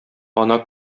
ана